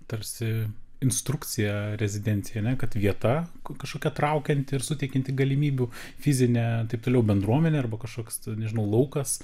tarsi instrukcija rezidencija ar ne kad vieta kur kažkokia traukianti ir suteikianti galimybių fizinė taip toliau bendruomenė arba kažkoks nežinau laukas